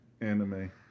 anime